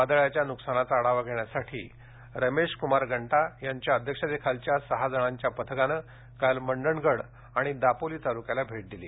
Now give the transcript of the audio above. वादळाच्या नुकसानीचा आढावा घेण्यासाठी रमेशक्मार गंटा यांच्या अध्यक्षतेखालच्या सहा जणांच्या पथकानं काल मंडणगड आणि दापोली तालुक्याला भेट दिली